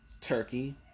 Turkey